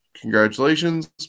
Congratulations